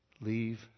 Leave